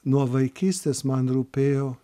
nuo vaikystės man rūpėjo